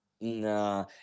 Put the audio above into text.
Nah